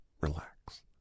relax